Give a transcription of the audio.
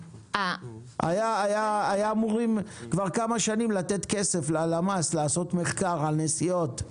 היו אמורים כבר כמה שנים לתת כסף ללמ"ס לעשות מחקר על נסיעות,